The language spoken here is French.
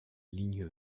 ligne